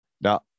now